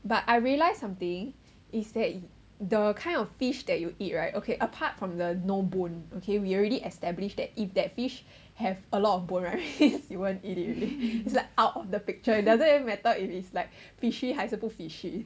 but I realized something is that the kind of fish that you'll eat right okay apart from the no bone okay we already established that if that fish have a lot of bone right means you won't eat it already is like out of the picture it doesn't even matter if it's like fishy 还是不 fishy